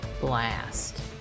Blast